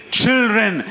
children